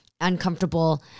uncomfortable